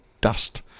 dust